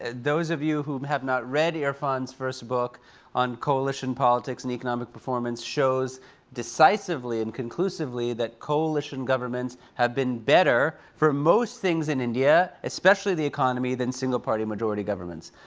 and those of you who have not read irfan's first book on coalition politics and economic performance, shows decisively and conclusively that coalition governments have been better for most things in india, especially especially the economy, than single-party majority governments.